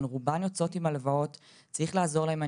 הן רובן יוצאות עם הלוואות וצריך לעזור להן עם